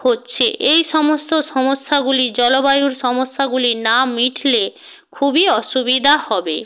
হচ্ছে এই সমস্ত সমস্যাগুলি জলবায়ুর সমস্যাগুলি না মিটলে খুবই অসুবিধা হবে